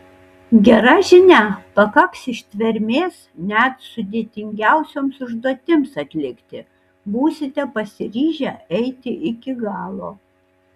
gera žinia pakaks ištvermės net sudėtingiausioms užduotims atlikti būsite pasiryžę eiti iki galo